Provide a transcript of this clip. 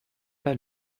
pas